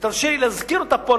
ותרשה לי להזכיר אותה פה,